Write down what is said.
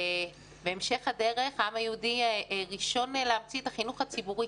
בהמשך הדרך העם היהודי ראשון להמציא את החינוך הציבורי.